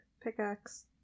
pickaxe